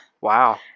Wow